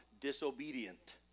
disobedient